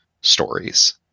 stories